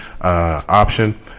option